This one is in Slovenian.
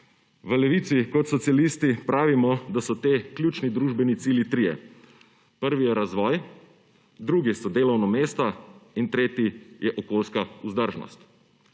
V Levici kot socialisti pravimo, da so ti ključni družbeni cilji trije: prvi je razvoj, drugi so delovna mesta in tretji je okoljska vzdržnost.